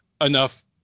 enough